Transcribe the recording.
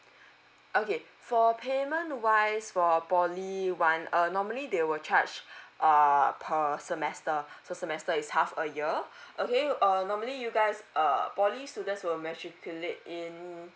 okay for payment wise for poly one uh normally they will charge err per semester so semester is half a year okay err normally you guys err poly students will matriculate in